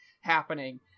happening